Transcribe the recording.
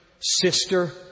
Sister